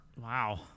Wow